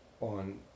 on